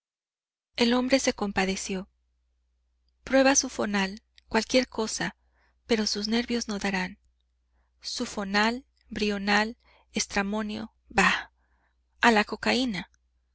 el hombre se compadeció prueba sulfonal cualquier cosa pero sus nervios no darán sulfonal brional estramonio bah ah la cocaína